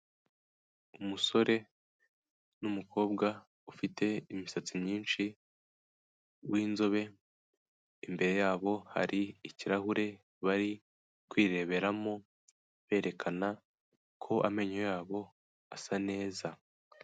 Umusore n'umukobwa ufite imisatsi myinshi w'inzobe imbere yabo hari ikirahure bari kwireberamo berekana ko amenyo yabo asa neza.